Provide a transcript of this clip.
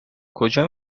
کجا